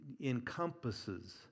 encompasses